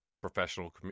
professional